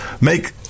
make